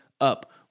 up